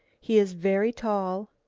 he is very tall,